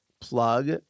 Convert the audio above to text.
plug